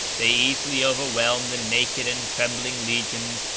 they easily overwhelmed the naked and trembling legions,